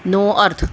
નો અર્થ